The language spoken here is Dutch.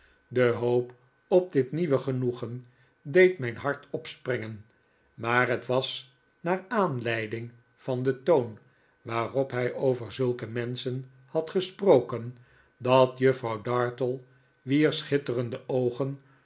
de hoop op dit nieuwe genoegen deed mijn hart opspringen maar het was naar aanleiding van den toon waarop hij over zulk soort menschen had gesproken dat juffrouw dartle wier schitterende oogen